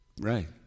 Right